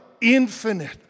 infinite